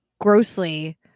grossly